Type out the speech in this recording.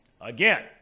Again